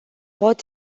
pot